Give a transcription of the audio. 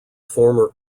former